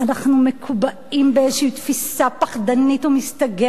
אנחנו מקובעים באיזושהי תפיסה פחדנית ומסתגרת,